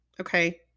Okay